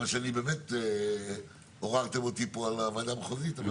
באמת הערתם אותי פה על הוועדה המחוזית.